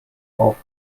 auf